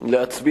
מתכבד להציג